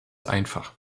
einfach